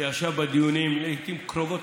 שישב בדיונים לעיתים קרובות,